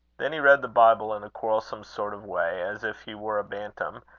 then he read the bible in a quarrelsome sort of way, as if he were a bantam,